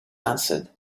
answered